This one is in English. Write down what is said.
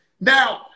Now